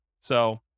So-